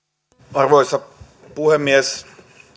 arvoisa puhemies